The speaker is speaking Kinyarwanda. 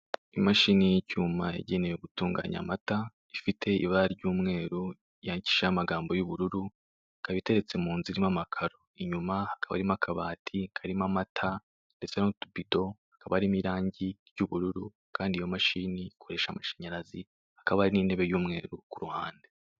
Imashini y'icyuma yagenewe gutunganya amata. Ifite ibara ry'umweru yandikishijeho amagambo y'ubururu ikaba iteretse mu nzu irimo amakaro. Inyuma hakaba harimo akabati karimo amata ndetse n'utubido hakaba harimo irangi ry'ubururu kandi iyo mashini ikoresha amashanyarazi hakaba hari n'intebe y'umweru ku ruhande.